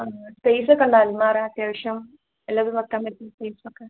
ആ ഫീസൊക്കെണ്ട അൽമാറ അത്യാവശ്യം എല്ലത് വെക്കാൻ പറ്റും ഫീസൊക്കെ